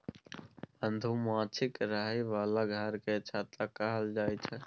मधुमाछीक रहय बला घर केँ छत्ता कहल जाई छै